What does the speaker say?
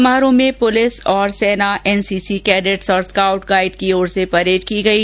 समारोह में पुलिस और सेना एनसीसी कैंडेट्स और स्काउट गाईड की ओर से परेड की गई